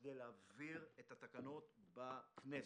בכדי להעביר אותן בכנסת.